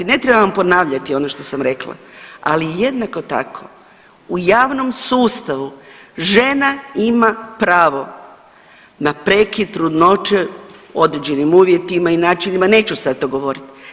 Ne trebam ponavljati ono što sam rekla, ali jednako tako u javnom sustavu žena ima pravo na prekid trudnoće u određenim uvjetima i načinima, neću sad to govoriti.